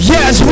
Yes